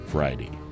Friday